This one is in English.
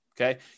okay